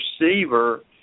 receiver